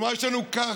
כלומר, יש לנו קרקע,